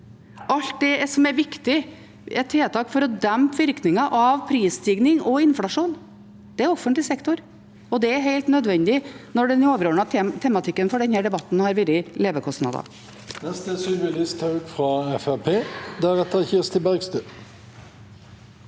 alt det som er viktige tiltak for å dempe virkningen av prisstigning og inflasjon. Det er offentlig sektor, og det er helt nødvendig når den overordnede tematikken for denne debatten har vært levekostnader. Sylvi Listhaug (FrP) Det